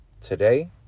today